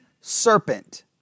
serpent